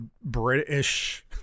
British